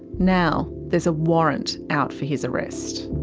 now there's a warrant out for his arrest.